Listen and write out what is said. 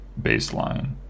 baseline